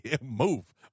Move